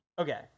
Okay